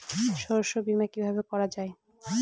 শস্য বীমা কিভাবে করা যায়?